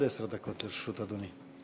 עד עשר דקות לרשות אדוני.